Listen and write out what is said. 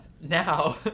now